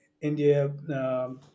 India